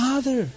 Father